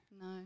No